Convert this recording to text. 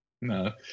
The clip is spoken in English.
No